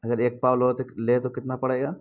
اگر ایک پاؤ لو تو لیں تو کتنا پڑے گا